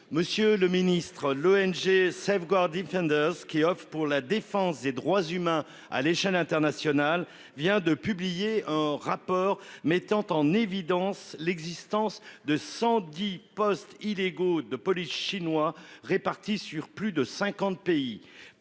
Monsieur le Ministre de l'ONG Save Gore Defender qui offrent pour la défense des droits humains à l'échelle internationale vient de publier un rapport mettant en évidence l'existence de 110 postes illégaux de police chinois répartis sur plus de 50 pays